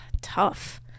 tough